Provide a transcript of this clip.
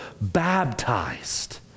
baptized